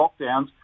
lockdowns